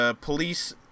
police